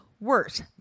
worse